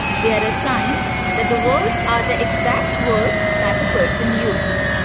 they are a sign that the words are the exact words that a person used.